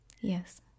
Yes